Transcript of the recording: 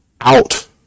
out